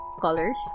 colors